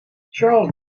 charles